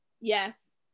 yes